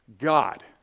God